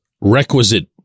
requisite